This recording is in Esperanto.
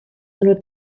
unu